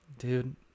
Dude